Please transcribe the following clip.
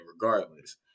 regardless